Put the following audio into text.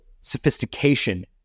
sophistication